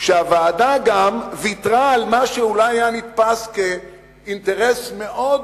שהוועדה גם ויתרה על מה שאולי היה נתפס כאינטרס מאוד